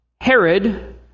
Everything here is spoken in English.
Herod